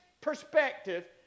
perspective